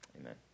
Amen